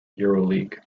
euroleague